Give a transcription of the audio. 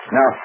Now